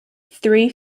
three